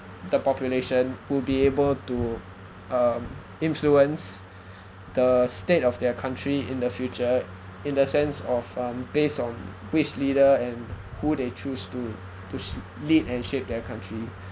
the population would be able to um influence the state of their country in the future in the sense of um based on which leader and who they choose to to lead and shape their country